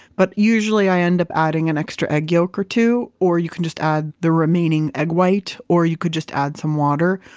but usually i end up adding an extra egg yolk or two, or you can just add the remaining egg white, or you could just add some water.